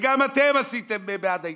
ו"גם אתם הייתם בעד ההתנתקות",